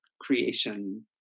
creation